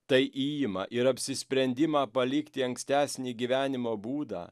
tai ima ir apsisprendimą palikti ankstesnį gyvenimo būdą